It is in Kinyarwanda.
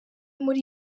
muri